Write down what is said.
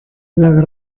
las